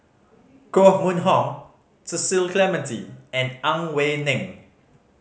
Koh Mun Hong Cecil Clementi and Ang Wei Neng